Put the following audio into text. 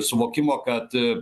suvokimo kad